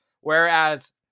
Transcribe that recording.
Whereas